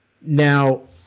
Now